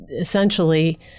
essentially